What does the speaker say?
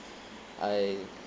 I